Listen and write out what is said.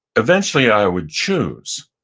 eventually, i would choose.